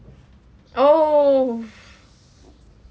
oh